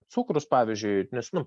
cukrus pavyzdžiui nes nu